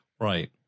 Right